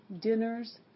dinners